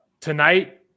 Tonight